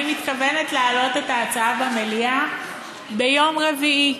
מתכוונת להעלות את ההצעה במליאה ביום רביעי.